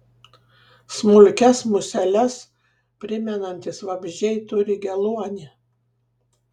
smulkias museles primenantys vabzdžiai turi geluonį